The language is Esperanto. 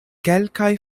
kelkaj